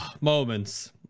moments